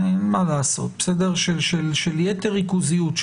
של יתר ריכוזיות,